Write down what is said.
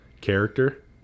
character